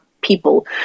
People